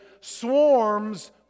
swarms